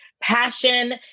passion